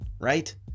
right